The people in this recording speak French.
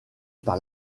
par